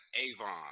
Avon